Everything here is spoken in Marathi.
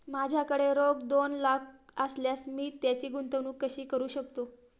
माझ्याकडे रोख दोन लाख असल्यास मी त्याची गुंतवणूक कशी करू शकतो?